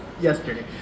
yesterday